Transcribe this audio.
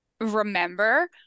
remember